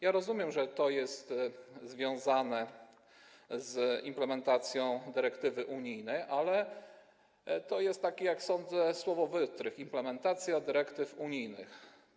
Ja rozumiem, że to jest związane z implementacją dyrektywy unijnej, ale to jest, jak sądzę, wytrych - implementacja dyrektyw unijnych.